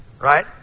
right